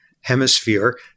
hemisphere